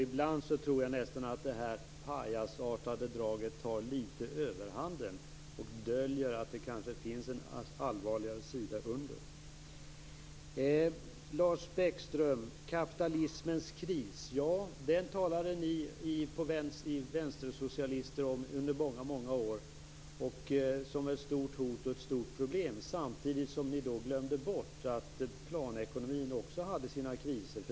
Ibland tror jag nästan att det pajasartade draget tar överhanden litet och döljer att det kanske finns en allvarligare sida under. Lars Bäckström, ni vänstersocialister talade om kapitalismens kris under många år som ett stort hot och ett stort problem. Samtidigt glömde ni bort att också planekonomin hade sina kriser.